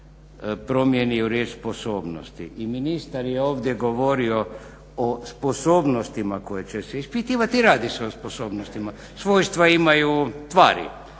promijeni u riječ sposobnosti. I ministar je ovdje govorio o sposobnostima koje će se ispitivati. Radi se o sposobnostima, svojstva imaju tvari.